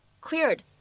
Cleared